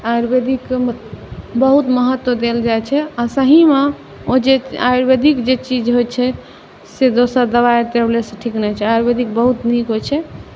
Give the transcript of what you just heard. आयुर्वेदिक बहुत महत्व देल जाइ छै आओर सहीमे ओ जे आयुर्वेदिक जे चीज होइ छै से दोसर दवाइ टैबलेटसँ ठीक नहि होइ छै आयुर्वेदिक बहुत नीक होइ छै